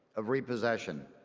of repossession.